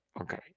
Okay